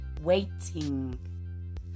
waiting